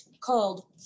called